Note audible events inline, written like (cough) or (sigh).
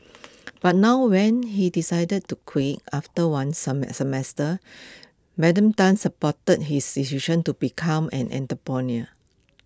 but now when he decided to quit after one (unintelligible) semester Madam Tan supported his decision to become an (unintelligible)